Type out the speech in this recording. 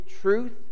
truth